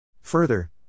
Further